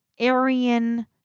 Aryan